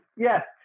yes